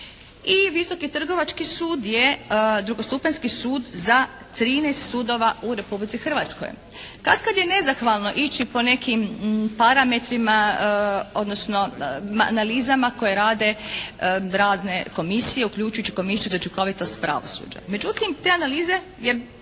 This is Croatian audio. i Visoki trgovački sud je drugostupanjski sud za 13 sudova u Republici Hrvatskoj. Katkad je nezahvalno ići po nekim parametrima odnosno analizama koje rade razne komisije uključujući komisiju za učinkovitost pravosuđa. Međutim te analize jer